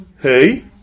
Hey